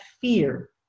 fear